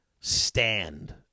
Stand